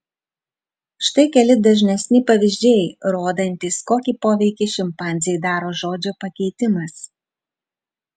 štai keli dažnesni pavyzdžiai rodantys kokį poveikį šimpanzei daro žodžio pakeitimas